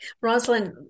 Rosalind